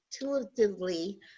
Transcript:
intuitively